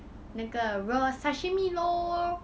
那个 raw sashimi lor